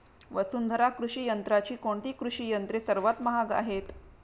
वसुंधरा कृषी यंत्राची कोणती कृषी यंत्रे सर्वात महाग आहेत?